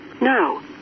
No